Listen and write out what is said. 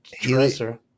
dresser